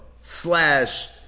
slash